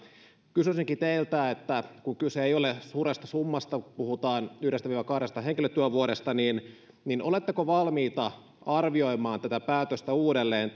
kysyisinkin teiltä kun kyse ei ole suuresta summasta puhutaan yhdestä viiva kahdesta henkilötyövuodesta niin niin oletteko valmiita arvioimaan tätä päätöstä uudelleen